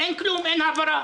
אין העברה.